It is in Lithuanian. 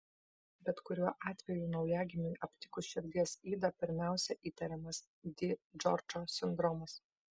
bet kuriuo atveju naujagimiui aptikus širdies ydą pirmiausia įtariamas di džordžo sindromas